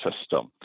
system